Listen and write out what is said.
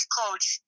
coach